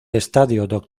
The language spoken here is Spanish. estadio